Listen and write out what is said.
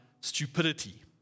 stupidity